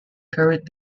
current